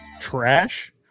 Trash